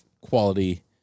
quality